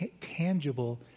tangible